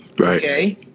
Okay